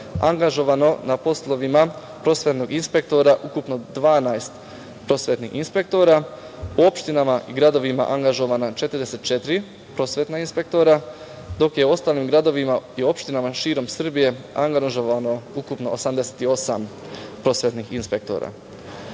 angažovano na poslovima prosvetnog inspektora ukupno 12 prosvetnih inspektora, u opštinama i gradovima angažovana 44 prosvetna inspektora, dok je u ostalim gradovima i opštinama širom Srbije angažovano ukupno 88 prosvetnih inspektora.S